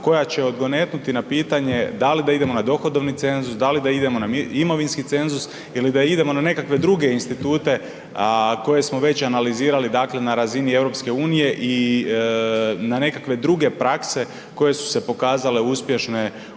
koja će odgonetnuti na pitanje da li da idemo na dohodovni cenzus, da li da idemo na imovinski cenzus ili da idemo na nekakve druge institute koje smo već analizirani dakle na razini EU i na nekakve druge prakse koje su se pokazale uspješne u